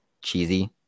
cheesy